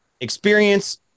experience